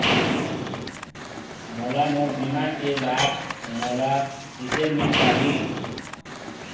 मोला मोर बीमा के लाभ मोला किसे मिल पाही?